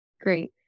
Great